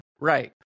Right